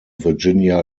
virginia